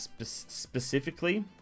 specifically